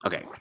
Okay